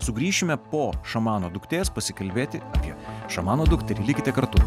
sugrįšime po šamano duktės pasikalbėti apie šamano dukterį likite kartu